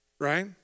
right